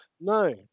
No